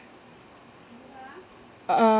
uh